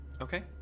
Okay